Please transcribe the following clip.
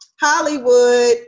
Hollywood